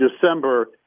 December